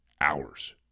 hours